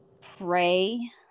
pray